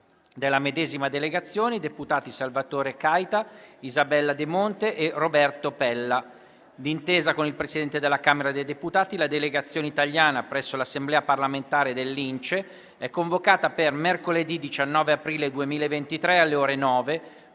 della medesima Delegazione i deputati Salvatore Caiata, Isabella De Monte e Roberto Pella. D'intesa con il Presidente della Camera dei deputati, la Delegazione italiana presso l'Assemblea parlamentare dell'INCE è convocata per mercoledì 19 aprile 2023, alle ore 9,